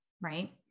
right